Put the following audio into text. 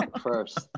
first